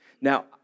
Now